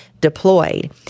deployed